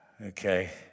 Okay